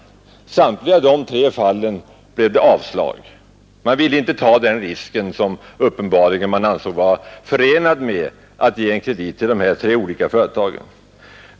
I samtliga de tre fallen blev det avslag. Banken ville inte ta den risk som man uppenbarligen ansåg vara förenad med att ge kredit till de här tre olika företagen.